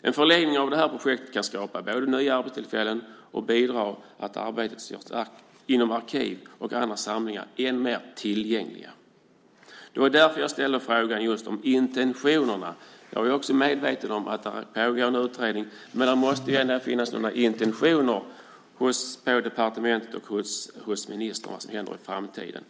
En förlängning av projektet kan både skapa nya arbetstillfällen och bidra till att göra arbetet inom arkiv och andra samlingar ännu mer tillgängligt. Det var därför jag ställde frågan om intentionerna. Jag är också medveten om att det pågår en utredning, men det måste ändå finnas några intentioner på departementet och hos ministern om vad som händer i framtiden.